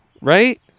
Right